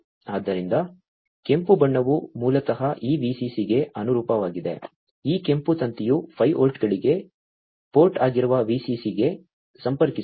ಆದ್ದರಿಂದ ಕೆಂಪು ಬಣ್ಣವು ಮೂಲತಃ ಈ VCC ಗೆ ಅನುರೂಪವಾಗಿದೆ ಈ ಕೆಂಪು ತಂತಿಯು 5 ವೋಲ್ಟ್ಗಳಿಗೆ ಪೋರ್ಟ್ ಆಗಿರುವ VCC ಗೆ ಸಂಪರ್ಕಿಸುತ್ತದೆ